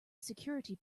security